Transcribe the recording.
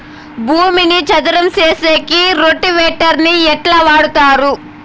భూమిని చదరం సేసేకి రోటివేటర్ ని ఎట్లా వాడుతారు?